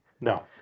No